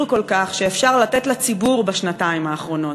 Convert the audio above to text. כל כך שאפשר לתת לציבור בשנתיים האחרונות?